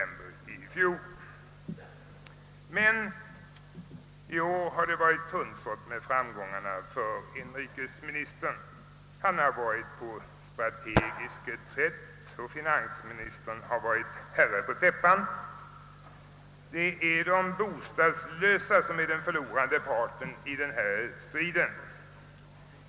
Men i år har det varit tunnsått med framgångarna för inrikesministern. Han har befunnit sig på strategisk reträtt, och finansministern har varit herre på täppan. Det är de bostadslösa som är den förlorande parten i den här striden.